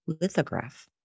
lithograph